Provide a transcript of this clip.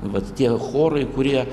vat tie chorai kurie